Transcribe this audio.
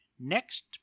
next